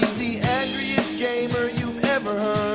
the angriest gamer you've ever